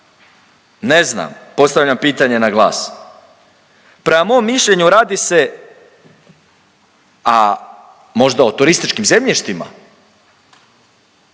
Ne znam, postavljam pitanje na glas. Prema mom mišljenju radi se a možda o turističkim zemljištima,